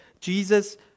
Jesus